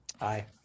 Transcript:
Aye